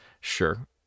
Sure